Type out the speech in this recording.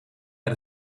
met